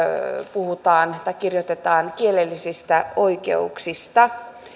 kirjoitetaan kielellisistä oikeuksista